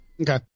Okay